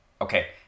Okay